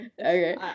okay